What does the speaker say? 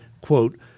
quote